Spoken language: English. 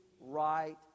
right